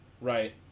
right